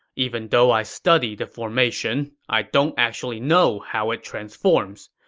even though i studied the formation, i don't actually know how it transforms.